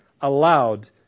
allowed